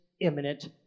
imminent